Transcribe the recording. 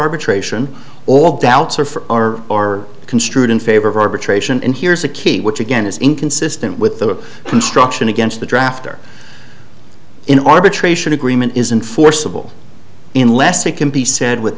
arbitration all doubts are for or or construed in favor of arbitration and here's a key which again is inconsistent with the construction against the draft or in arbitration agreement isn't forcible in less it can be said with